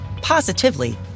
positively